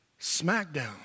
Smackdown